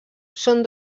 són